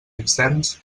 externs